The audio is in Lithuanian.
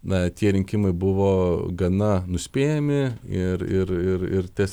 na tie rinkimai buvo gana nuspėjami ir ir ir ir tas